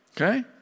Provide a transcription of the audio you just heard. Okay